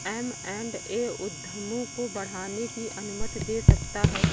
M and A उद्यमों को बढ़ाने की अनुमति दे सकता है